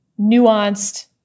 nuanced